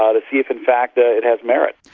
ah to see if in fact ah it has merit.